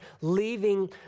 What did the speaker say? leaving